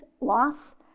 loss